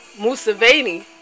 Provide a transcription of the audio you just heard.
Museveni